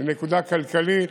לנקודה כלכלית,